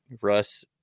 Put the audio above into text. Russ